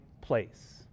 place